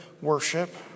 worship